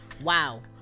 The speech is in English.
Wow